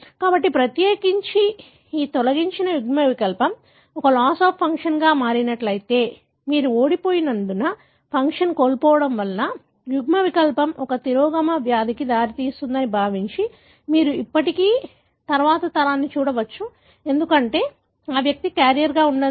కాబట్టి ప్రత్యేకించి ఈ తొలగించిన యుగ్మవికల్పం ఒక లాస్ ఆఫ్ ఫంక్షన్గా మారినట్లయితే మీరు ఓడిపోయినందున ఫంక్షన్ కోల్పోవడం వల్ల యుగ్మవికల్పం ఒక తిరోగమన వ్యాధికి దారితీస్తుందని భావించి మీరు ఇప్పటికీ తరువాతి తరాన్ని చూడవచ్చు ఎందుకంటే ఆ వ్యక్తి క్యారియర్గా ఉండండి